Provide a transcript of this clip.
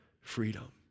freedom